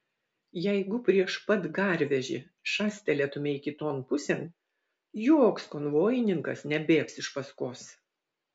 jeigu prieš pat garvežį šastelėtumei kiton pusėn joks konvojininkas nebėgs iš paskos